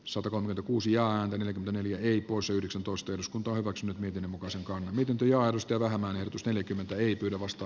sota on kuusi ääntä neljä eri koossa yhdeksäntoista eduskunta hyväksynyt miten muka sekaan miten työ aidosti vähemmän jutusteli kymmentä ei pyydä vasta